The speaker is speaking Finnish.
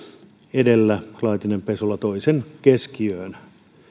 edellä laitinen pesola toi sen keskiöön että tämä